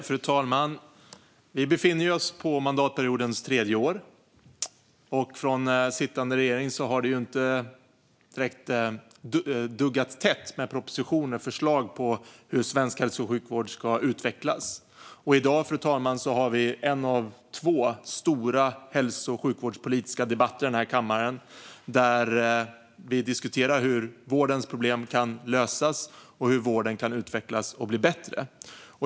Fru talman! Vi befinner oss på mandatperiodens tredje år. Från sittande regering har det inte direkt duggat tätt med propositioner och förslag på hur svensk hälso och sjukvård ska utvecklas. Fru talman! I dag har vi en av två stora hälso och sjukvårdspolitiska debatter i kammaren där vi diskuterar hur vårdens problem kan lösas och hur vården kan utvecklas och bli bättre.